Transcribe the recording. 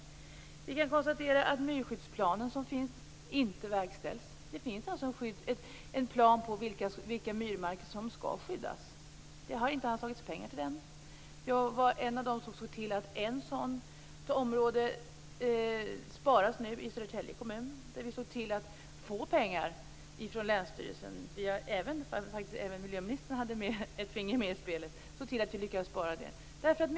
Vi kan konstatera att den myrskyddsplan som finns inte verkställs. Det finns alltså en plan på vilka myrmarker som skall skyddas, men det har inte anslagits pengar till den. Jag var en av dem som såg till att ett sådant område i Södertälje kommun nu sparas. Även miljöministern hade där ett finger med i spelet. Vi såg till att få pengar från länsstyrelsen, så att ett område sparas.